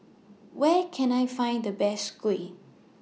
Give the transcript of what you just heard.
Where Can I Find The Best Kuih